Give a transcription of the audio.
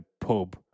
pub